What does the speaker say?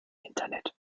internet